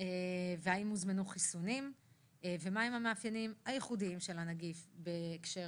האם הוזמנו חיסונים; מה הם המאפיינים הייחודיים של הנגיף בהקשר